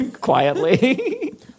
quietly